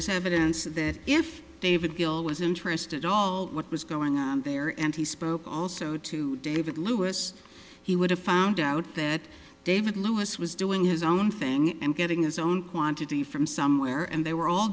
is evidence that if david theall was interested all what was going on there and he spoke also to david lewis he would have found out that david lewis was doing his own thing and getting his own quantity from somewhere and they were all